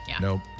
Nope